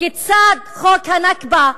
כיצד חוק ה"נכבה"